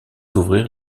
ouvrir